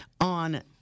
on